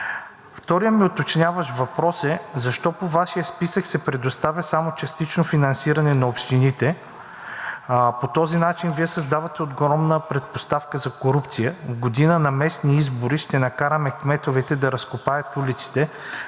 Вторият ми уточняващ въпрос е: защо по Вашия списък се предоставя само частично финансиране на общините? По този начин Вие създавате огромна предпоставка за корупция. В година на местни избори ще накараме кметовете да разкопаят улиците,